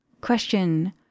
Question